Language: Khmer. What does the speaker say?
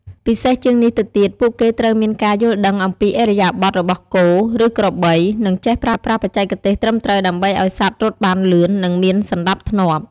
ពិសេសជាងនេះទៅទៀតពួកគេត្រូវមានការយល់ដឹងអំពីឥរិយាបថរបស់គោ ឬក្របី និងចេះប្រើប្រាស់បច្ចេកទេសត្រឹមត្រូវដើម្បីឱ្យសត្វរត់បានលឿន និងមានសណ្ដាប់ធ្នាប់។